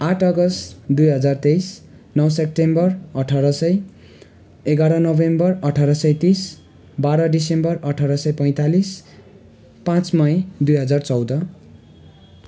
आठ अगस्त दुई हजार तेइस नौ सेप्टेम्बर अठार सय एघार नोभेम्बर अठार सय तिस बाह्र दिसम्बर अठार सय पैँतालिस पाँच मई दुई हजार चौध